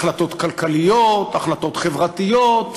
החלטות כלכליות, החלטות חברתיות,